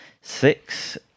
six